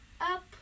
up